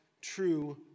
true